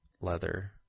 leather